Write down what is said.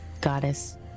goddess